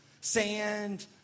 sand